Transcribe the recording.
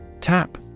Tap